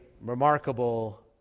remarkable